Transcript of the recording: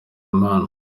imana